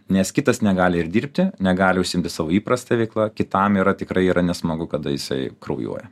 nes kitas negali ir dirbti negali užsiimti savo įprasta veikla kitam yra tikrai yra nesmagu kada jisai kraujuoja